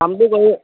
কামটো কৰি